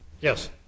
Yes